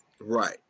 Right